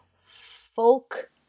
folk